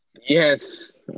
Yes